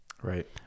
Right